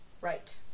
right